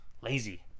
lazy